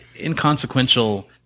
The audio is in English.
inconsequential